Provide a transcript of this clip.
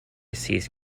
ceased